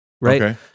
right